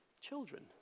children